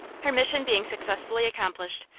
her mission being successfully accomplished,